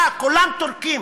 כולם טורקים.